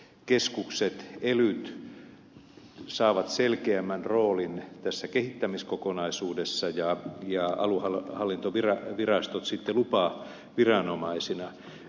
elinkeinokeskukset elyt saavat selkeämmän roolin tässä kehittämiskokonaisuudessa ja aluehallintovirastot sitten lupaviranomaisina